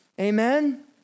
Amen